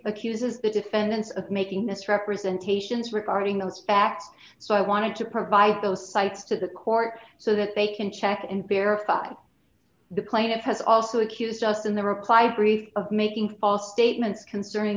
accuses the defendants of making misrepresentations regarding those facts so i wanted to provide those sites to the court so that they can check and verify the plaintiff has also accused us in their reply brief of making false statements concerning